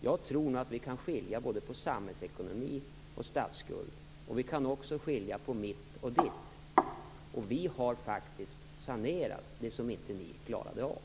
Jag tror nog att vi kan skilja på både samhällsekonomi och statsskuld. Vi kan också skilja på ditt och mitt. Vi har faktiskt sanerat det som ni inte klarade av.